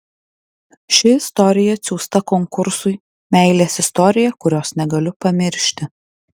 ši istorija atsiųsta konkursui meilės istorija kurios negaliu pamiršti